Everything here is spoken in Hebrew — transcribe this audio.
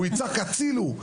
הוא יצעק הצילו.